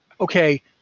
okay